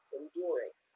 enduring